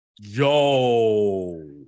Yo